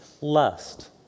lust